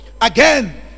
Again